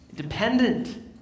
Dependent